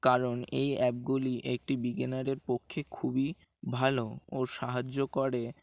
কারণ এই অ্যাপগুলি একটি বিজ্ঞানগারের পক্ষে খুবই ভালো ও সাহায্য করে